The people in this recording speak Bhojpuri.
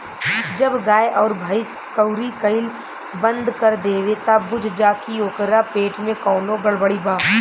जब गाय अउर भइस कउरी कईल बंद कर देवे त बुझ जा की ओकरा पेट में कवनो गड़बड़ी बा